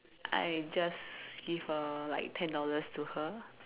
I just give her like ten dollars to her